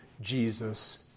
Jesus